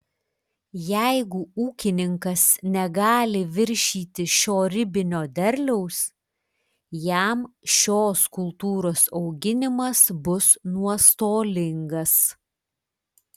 jeigu ūkininkas negali viršyti šio ribinio derliaus jam šios kultūros auginimas bus nuostolingas